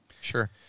Sure